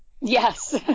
Yes